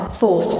four